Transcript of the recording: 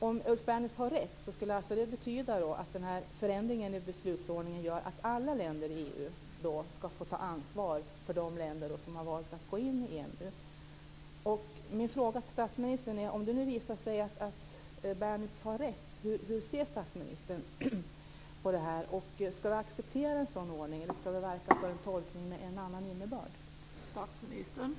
Om Ulf Bernitz har rätt skulle det alltså betyda att den här förändringen i beslutsordningen gör att alla länder i EU ska få ta ansvar för de länder som har valt att gå in i EMU. Min fråga till statsministern är: Om det nu visar sig att Bernitz har rätt, hur ser då statsministern på det här? Ska vi acceptera en sådan ordning eller ska vi verka för en tolkning med en annan innebörd?